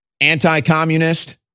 anti-communist